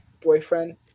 boyfriend